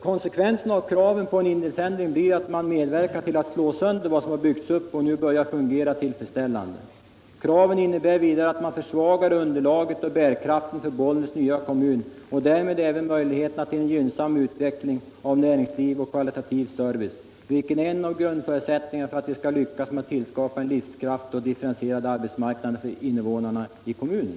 Konsekvensen av kraven på en indelningsändring blir att man medverkar till att slå sönder vad som har byggts upp och nu börjar fungera tillfredsställande. Kraven innebär vidare att man försvagar underlaget och bärkraften för Bollnäs nya kommun och därmed även möjligheterna till en gynnsam utveckling av näringsliv och kvalitativ service, en utveckling som är en av grundförutsättningarna för att vi skall lyckas skapa en livskraitig och differentierad arbetsmarknad för invånarna i kommunen.